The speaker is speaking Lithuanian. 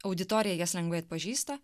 auditorija jas lengvai atpažįsta